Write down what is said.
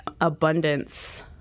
abundance